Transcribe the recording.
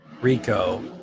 Rico